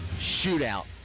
shootout